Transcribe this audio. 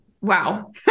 wow